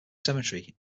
cemetery